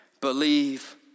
believe